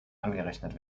angerechnet